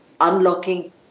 unlocking